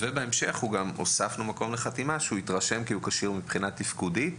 וגם מקום לחתימה על כך שהוא מתרשם שהוא כשיר מבחינה תפקודית.